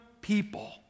people